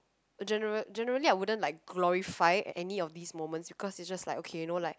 general generally I wouldn't like glorify any of these moments because it's just like okay you know like